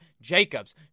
Jacobs